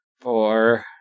four